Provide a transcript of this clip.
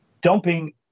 dumping